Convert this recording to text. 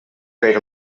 great